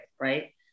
right